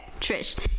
Trish